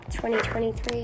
2023